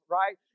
right